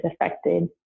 affected